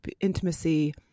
intimacy